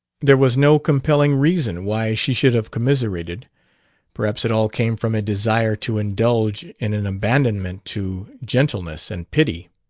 there was no compelling reason why she should have commiserated perhaps it all came from a desire to indulge in an abandonment to gentleness and pity.